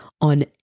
on